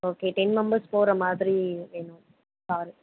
okay ten members போகிற மாதிரி வேணும் காரு